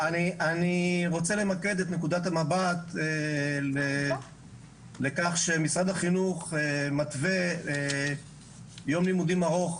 רוצה למקד את נקודת המבט לכך שמשרד החינוך מתווה יום לימודים ארוך,